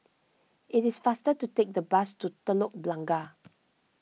it is faster to take the bus to Telok Blangah